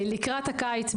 לקראת הקיץ,